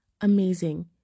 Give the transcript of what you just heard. amazing